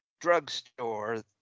drugstore